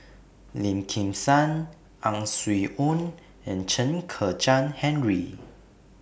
Lim Kim San Ang Swee Aun and Chen Kezhan Henri